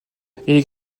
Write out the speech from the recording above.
écrit